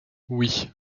oui